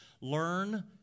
Learn